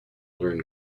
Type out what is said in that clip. learn